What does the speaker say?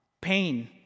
pain